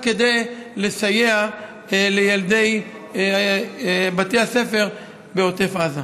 רק כדי לסייע לילדי בתי הספר בעוטף עזה.